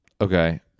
okay